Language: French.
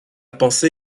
pensée